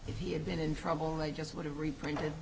if he had been in trouble they just would have reprinted